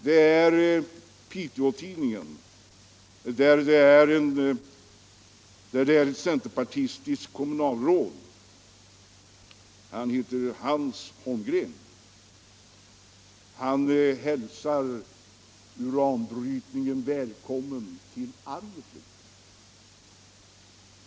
Det är Piteå-Tidningen, där ett centerpartistiskt kommunalråd, Hans Holmgren hälsar uranbrytningen välkommen till Arjeplog.